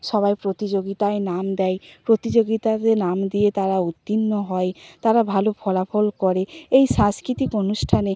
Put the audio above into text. সবাই প্রতিযোগিতায় নাম দেয় প্রতিযোগিতাতে নাম দিয়ে তারা উত্তীর্ণ হয় তারা ভালো ফলাফল করে এই সাংস্কৃতিক অনুষ্ঠানে